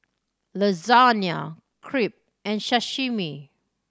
Lasagna Crepe and Sashimi